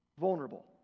vulnerable